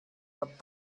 that